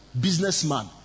businessman